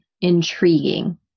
intriguing